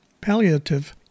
Palliative